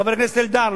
חבר הכנסת אלדר,